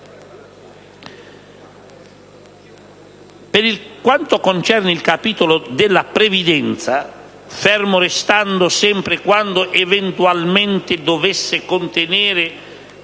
Per quanto concerne il capitolo della previdenza, fermo restando sempre quanto eventualmente dovesse contenere